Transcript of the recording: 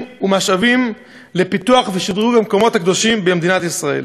ומשאבים לפיתוח ושדרוג המקומות הקדושים במדינת ישראל.